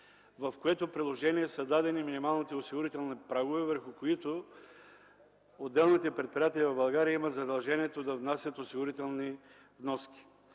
има едно приложение. В него са дадени минималните осигурителни прагове, върху които отделните предприятия в България имат задължението да внасят осигурителни вноски.